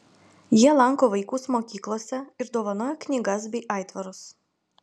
jie lanko vaikus mokyklose ir dovanoja knygas bei aitvarus